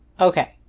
Okay